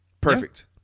Perfect